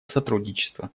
сотрудничества